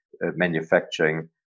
manufacturing